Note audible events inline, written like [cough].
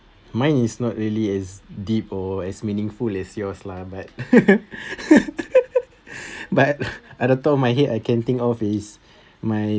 mine is not really as deep or as meaningful as yours lah but [laughs] but at the top of my head I can think of is my